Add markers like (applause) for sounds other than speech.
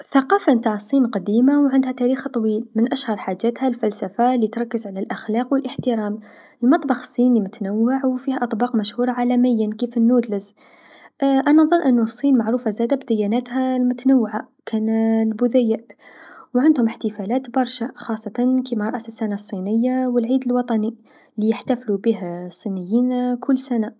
الثقافه نتاع الصين قديمه و عندها تاريخ طويل، من أشهر حاجاتها الفلسفه لتركز على الأخلاق و الإحترام، المطبخ الصيني متنوع و فيه أطباق مشهوره عالميا كيف النودلز (hesitation) أنا نظن أنوالصين معروفه زادا بدياناتها المتنوعه كان البوذيه و عندهم إحتفالات برشا خاصة كيما (unintelligible) الصينية و العيد الوطني ليحتفلو به الصينيين كل سنة.